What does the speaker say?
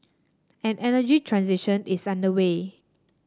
an energy transition is underway